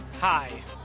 Hi